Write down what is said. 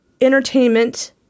entertainment